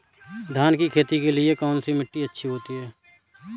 धान की खेती के लिए कौनसी मिट्टी अच्छी होती है?